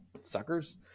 suckers